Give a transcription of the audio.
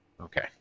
Okay